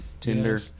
Tinder